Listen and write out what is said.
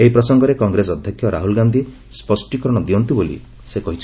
ଏହି ପ୍ରସଙ୍ଗରେ କଂଗ୍ରେସ ଅଧ୍ୟକ୍ଷ ରାହୁଲ୍ ଗାନ୍ଧି ସ୍ୱଷ୍ଠୀକରଣ ଦିଅନ୍ତୁ ବୋଲି ସେ କହିଛନ୍ତି